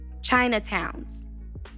Chinatowns